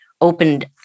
opened